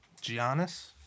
Giannis